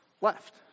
left